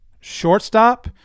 shortstop